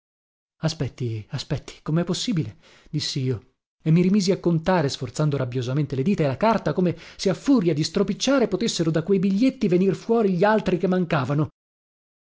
aspetti aspetti comè possibile dissi io e mi rimisi a contare sforzando rabbiosamente le dita e la carta come se a furia di stropicciare potessero da quei biglietti venir fuori gli altri che mancavano